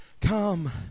Come